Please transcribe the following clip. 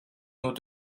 nous